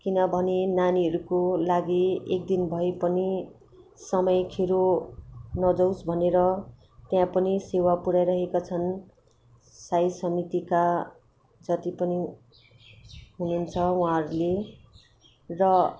किनभने नानीहरूको लागि एकदिन भए पनि समय खेरो नजाओस् भनेर त्यहाँ पनि सेवा पुऱ्याइरहेका छन् साई समितिका जति पनि हुनुहुन्छ उहाँहरूले र